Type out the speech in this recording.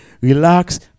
Relax